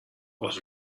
was